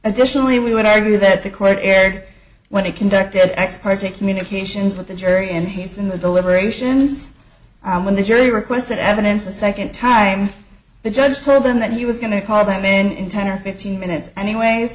additionally we would argue that the court erred when it conducted ex parte communications with the jury in peace in the deliberations when the jury requested evidence a second time the judge told them that he was going to call them in ten or fifteen minutes anyway